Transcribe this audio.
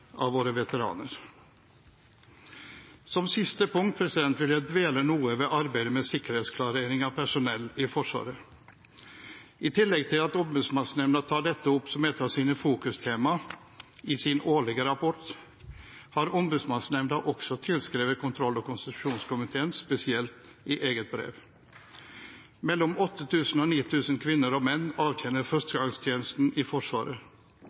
våre veteraner. Som siste punkt vil jeg dvele noe ved arbeidet med sikkerhetsklarering av personell i Forsvaret. I tillegg til at Ombudsmannsnemnda tar dette opp som et av sine fokustema i sin årlige rapport, har Ombudsmannsnemnda tilskrevet kontroll- og konstitusjonskomiteen spesielt i eget brev. Mellom 8 000 og 9 000 kvinner og menn avtjener førstegangstjenesten i Forsvaret.